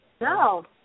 no